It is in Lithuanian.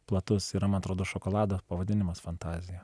platus yra man atrodo šokolado pavadinimas fantazija